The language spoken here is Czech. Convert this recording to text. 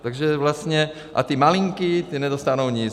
Takže vlastně a ty malinký, ty nedostanou nic.